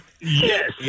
Yes